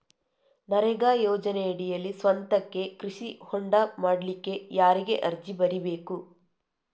ನರೇಗಾ ಯೋಜನೆಯಡಿಯಲ್ಲಿ ಸ್ವಂತಕ್ಕೆ ಕೃಷಿ ಹೊಂಡ ಮಾಡ್ಲಿಕ್ಕೆ ಯಾರಿಗೆ ಅರ್ಜಿ ಬರಿಬೇಕು?